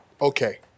Okay